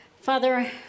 Father